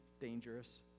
dangerous